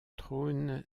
trône